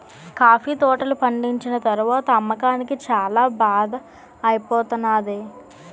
coffee తోటలు పండిచ్చిన తరవాత అమ్మకానికి చాల బాధ ఐపోతానేది